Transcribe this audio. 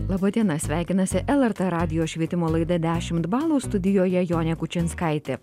laba diena sveikinasi lrt radijo švietimo laida dešimt balų studijoje jonė kučinskaitė